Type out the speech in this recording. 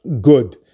good